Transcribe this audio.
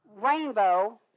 rainbow